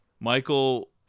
Michael